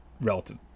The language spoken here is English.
relative